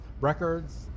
records